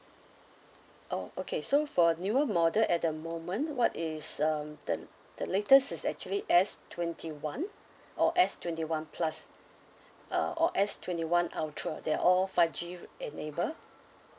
oh okay so for newer model at the moment what is um the the latest is actually S twenty one or S twenty one plus uh or S twenty one ultra they're all five G enabled